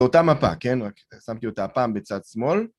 באותה מפה, כן? רק שמתי אותה פעם בצד שמאל.